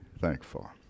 thankful